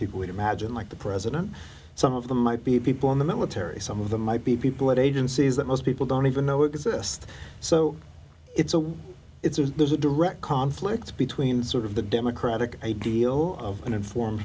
people would imagine like the president some of them might be people in the military some of them might be people at agencies that most people don't even know exist so it's a it's a there's a direct conflict between sort of the democratic a deal of an informed